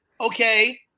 okay